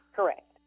Correct